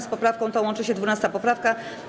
Z poprawką tą łączy się 12. poprawka.